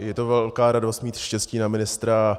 Je to velká radost mít štěstí na ministra.